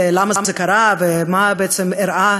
למה זה קרה ומה בעצם אירע,